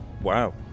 wow